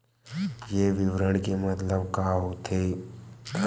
ये विवरण के मतलब का होथे?